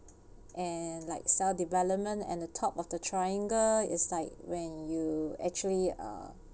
and like self development and the top of the triangle is like when you actually uh